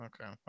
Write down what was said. Okay